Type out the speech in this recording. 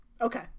Okay